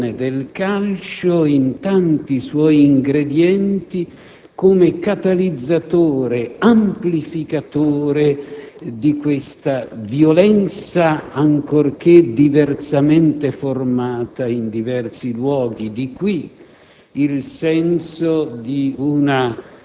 ormai dell'organizzazione del calcio in tanti suoi ingredienti, come catalizzatore amplificatore di questa violenza, ancorché diversamente formata in diversi luoghi. Di qui